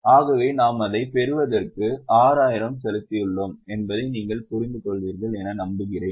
ஆகவே நாம் அதைப் பெறுவதற்கு 6000 செலுத்தியுள்ளோம் என்பதை நீங்கள் புரிந்துகொள்வீர்கள் என்று நம்புகிறேன்